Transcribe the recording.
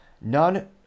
None